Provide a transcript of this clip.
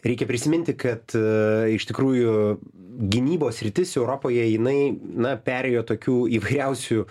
reikia prisiminti kad iš tikrųjų gynybos sritis europoje jinai na perėjo tokių įvairiausių